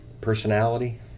personality